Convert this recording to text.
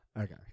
Okay